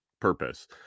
purpose